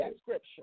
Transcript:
scripture